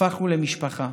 הפכנו למשפחה.